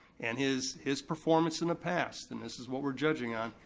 and his his performance in the past, and this is what we're judging on,